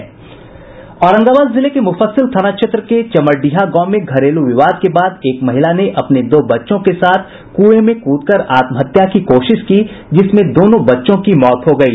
औरंगाबाद जिले के मुफस्सिल थाना क्षेत्र के चमरडीहा गांव में घरेलू विवाद के बाद एक महिला ने अपने दो बच्चों के साथ कुंए में कूद कर आत्महत्या की कोशिश की जिसमें दोनों बच्चों की मौत हो गयी